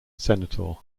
senator